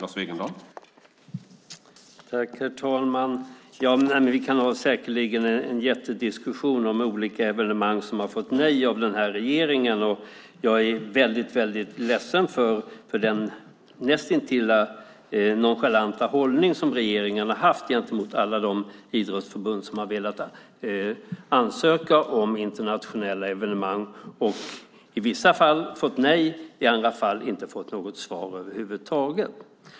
Herr talman! Vi kan säkerligen ha en jättediskussion om olika evenemang som har fått nej av den här regeringen. Jag är väldigt ledsen för den näst intill nonchalanta hållning som regeringen har haft gentemot alla de idrottsförbund som har velat ansöka om internationella evenemang och i vissa fall fått nej, i andra fall inte fått något svar över huvud taget.